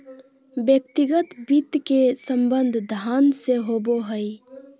व्यक्तिगत वित्त के संबंध धन से होबो हइ